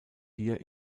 hier